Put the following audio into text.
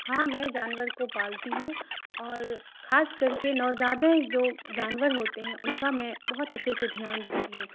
ہاں میں جانور کو پالتی ہوں اور خاص کر کے نوزائدہ جو جانور ہوتے ہیں ان کا میں بہت اچھے سے دھیان رکھتی ہوں